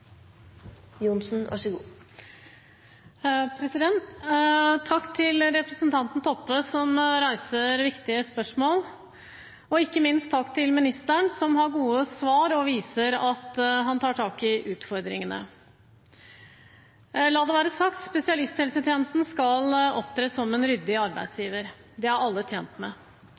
ikke minst takk til ministeren som har gode svar og viser at han tar tak i utfordringene. La det være sagt: Spesialisthelsetjenesten skal opptre som en ryddig arbeidsgiver, det er alle tjent med.